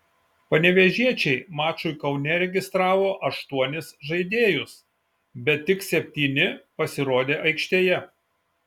panevėžiečiai mačui kaune registravo aštuonis žaidėjus bet tik septyni pasirodė aikštėje